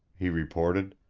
he reported.